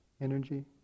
energy